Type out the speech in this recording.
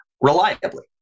reliably